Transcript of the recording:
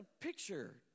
picture